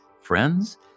friends